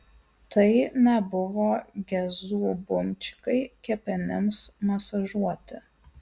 tai nebuvo gezų bumčikai kepenims masažuoti